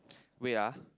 wait ah